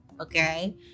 Okay